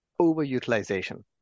overutilization